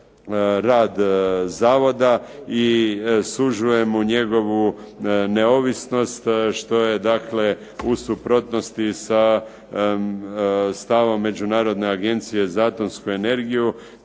rad zavoda i sužuje mu njegovu neovisnost, što je dakle u suprotnosti sa stavom Međunarodne agencije za atomsku energiju,